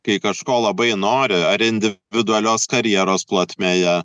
kai kažko labai nori ar individualios karjeros plotmėje